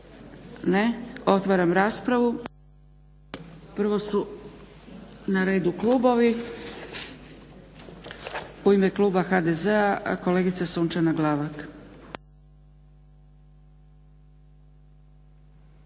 Ne. Otvaram raspravu. Prvo su na redu klubovi. U ime Kluba HDZ-a kolegica Sunčana Glavak.